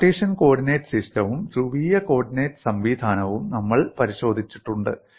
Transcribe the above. Cartesian coordinate സിസ്റ്റവും ധ്രുവീയ coordinate സംവിധാനവും നമ്മൾ പരിശോധിച്ചിട്ടുണ്ട്